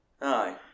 Aye